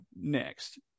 next